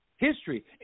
History